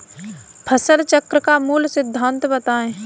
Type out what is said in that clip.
फसल चक्र का मूल सिद्धांत बताएँ?